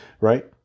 right